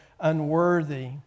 unworthy